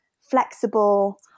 flexible